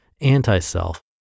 anti-self